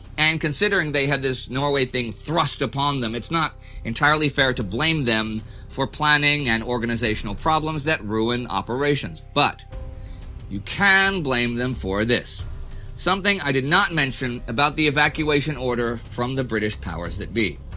and considering they had this norway thing thrust upon them it's not entirely fair to blame them for planning and organizational problems that ruin operations, but you can blame them for this something i didn't mention about the evacuation order from the british powers that be